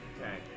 Okay